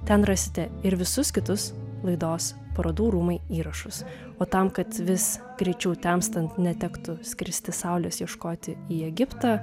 ten rasite ir visus kitus laidos parodų rūmai įrašus o tam kad vis greičiau temstant netektų skristi saulės ieškoti į egiptą